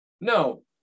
no